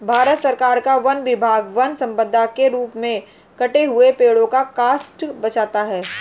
भारत सरकार का वन विभाग वन सम्पदा के रूप में कटे हुए पेड़ का काष्ठ बेचता है